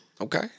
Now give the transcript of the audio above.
Okay